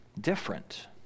different